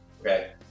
Okay